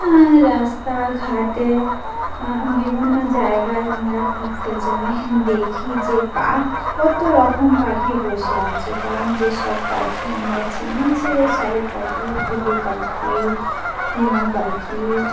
হ্যাঁ রাস্তাঘাটে বিভিন্ন জায়গায় আমরা ঘুরতে যাই দেখি যে পা কত রকম পাখি বসে আছে কারণ যেসব পাখি আমরা চিনি যে শালিক পাখি ঘুঘু পাখি টিয়া পাখি